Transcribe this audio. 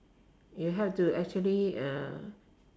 you have to actually uh